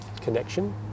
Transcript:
connection